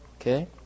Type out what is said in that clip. okay